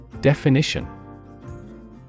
Definition